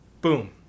Boom